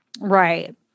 Right